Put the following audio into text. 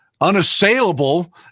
unassailable